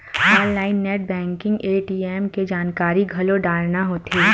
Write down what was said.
online net banking ATM के जानकारी घलो डारना होथे